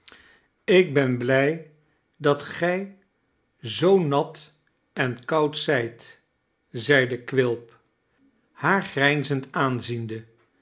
ik ben blij dat gij zoo nat en koud zijt zeide quilp haar grijnzend aanziende